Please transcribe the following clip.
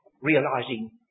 realizing